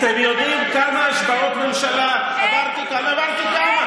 אתם יודעים כמה השבעות ממשלה עברתי כאן?